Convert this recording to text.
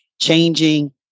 changing